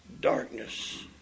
darkness